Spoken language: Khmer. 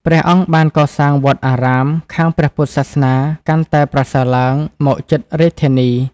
ព្រះអង្គបានកសាងវត្តអារាម ខាងព្រះពុទ្ធសាសនាកាន់តែប្រសើរឡើងមកជិតរាជធានី ។